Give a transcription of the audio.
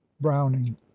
browning